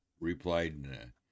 replied